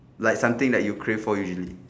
like something that you crave for usually